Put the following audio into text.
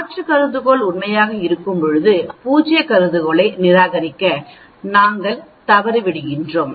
மாற்று கருதுகோள் உண்மையாக இருக்கும்போது பூஜ்ய கருதுகோளை நிராகரிக்க நாங்கள் தவறிவிடுகிறோம்